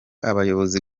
abayobozi